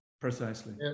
Precisely